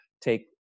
take